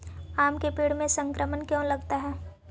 आम के पेड़ में संक्रमण क्यों लगता है?